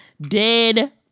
Dead